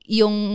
yung